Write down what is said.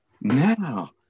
Now